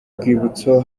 rwibutso